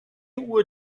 uhr